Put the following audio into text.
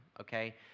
okay